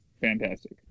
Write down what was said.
fantastic